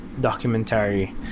documentary